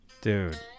Dude